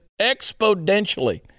exponentially